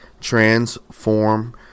transform